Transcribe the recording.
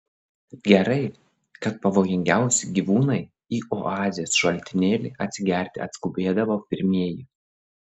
gerai kad pavojingiausi gyvūnai į oazės šaltinėlį atsigerti atskubėdavo pirmieji